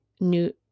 new